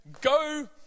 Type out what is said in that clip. go